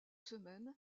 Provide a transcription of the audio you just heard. semaines